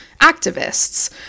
activists